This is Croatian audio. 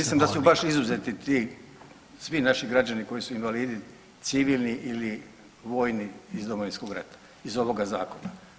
Mislim da su baš izuzeti ti svi naši građani koji su invalidi civilni ili vojni iz Domovinskog rada iz ovoga zakona.